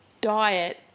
diet